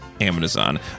Amazon